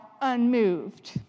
unmoved